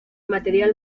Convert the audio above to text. material